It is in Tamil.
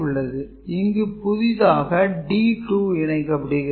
இங்கு புதிதாக D2 இணைக்கபடுகிறது